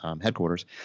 headquarters